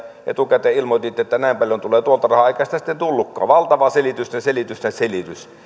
etukäteen ilmoititte että näin paljon tulee tuolta rahaa eikä sitä sitten tullutkaan valtava selitysten selitysten selitys